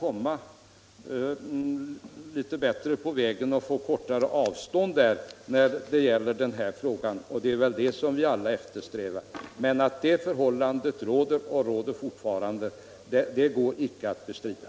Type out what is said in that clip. Vi strävar väl alla efter att förkorta det avståndet, men att det fortfarande är stort går inte att bestrida.